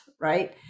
right